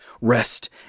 rest